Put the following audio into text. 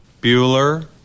Bueller